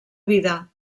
vida